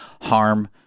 harm